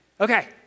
okay